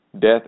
death